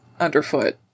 underfoot